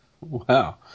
Wow